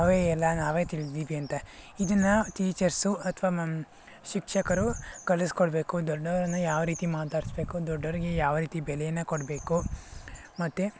ನಾವೇ ಎಲ್ಲ ನಾವೇ ತಿಳಿದೀವಿ ಅಂತ ಇದನ್ನು ಟೀಚರ್ಸು ಅಥ್ವಾ ಶಿಕ್ಷಕರು ಕಲಿಸಿ ಕೊಡಬೇಕು ದೊಡ್ಡವ್ರನ್ನು ಯಾವ ರೀತಿ ಮಾತಾಡಿಸ್ಬೇಕು ದೊಡ್ಡವರಿಗೆ ಯಾವ ರೀತಿ ಬೆಲೆಯನ್ನು ಕೊಡಬೇಕು ಮತ್ತು